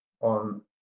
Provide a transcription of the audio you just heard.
on